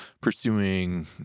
pursuing